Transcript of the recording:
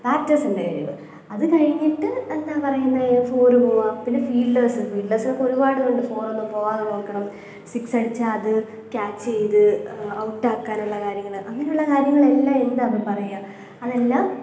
ബാറ്റേഴ്സിന്റെ കഴിവ് അത് കഴിഞ്ഞിട്ട് എന്താണ് പറയുന്നത് ഫോർ പോവുക പിന്നെ ഫീള്ഡേഴ്സ് ഫീള്ഡേഴ്സിനൊക്കെ ഒരുപാട് ഉണ്ട് ഫോർ ഒന്നും പോവാതെ നോക്കണം സിക്സ് അടിച്ചാൽ അത് ക്യാച്ച് ചെയ്ത് ഔട്ട് ആക്കാനുള്ള കാര്യങ്ങൾ അങ്ങനെയുള്ള കാര്യങ്ങളെല്ലാം എന്താണ് ഇപ്പം പറയുക അതെല്ലാം